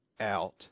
out